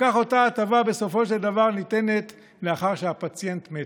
כך אותה הטבה בסופו של דבר ניתנת לאחר שהפציינט מת.